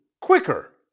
quicker